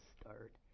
start